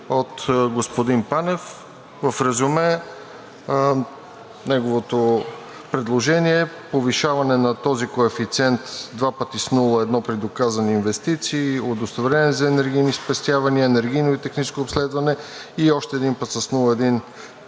от господин Панев. В резюме неговото предложение – повишаване на този коефициент два пъти с 0.1 при доказани инвестиции, удостоверение за енергийни спестявания, енергийно и техническо обследване. И още един път с 0.1 при